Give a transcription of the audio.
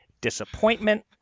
disappointment